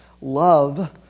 love